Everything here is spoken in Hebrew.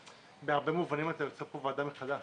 בהרבה מובנים אתה יוצר פה ועדה מחדש,